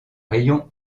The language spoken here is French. rayon